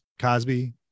cosby